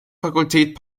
fakultät